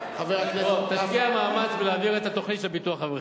תשקיע מאמץ בהעברת התוכנית של ביטוח,